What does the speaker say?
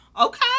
Okay